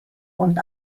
und